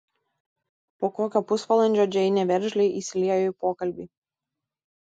po kokio pusvalandžio džeinė veržliai įsiliejo į pokalbį